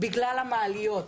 בגלל המעליות.